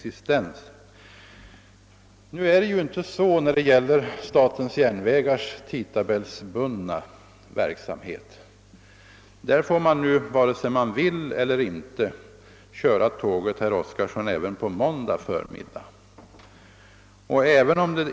I fråga om SJ:s tidtabellsbundna verksamhet är förhållandena helt andra.